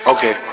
Okay